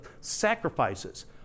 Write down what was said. sacrifices